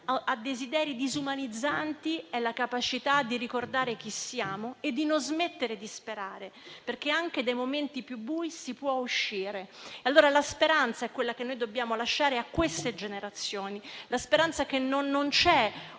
a desideri disumanizzanti è la capacità di ricordare chi siamo e di non smettere di sperare, perché anche dai momenti più bui si può uscire. La speranza che noi dobbiamo lasciare alle nuove generazioni è che non c'è una